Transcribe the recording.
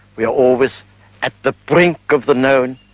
we are always at the brink of the known,